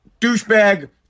douchebag